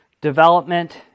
development